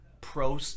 pro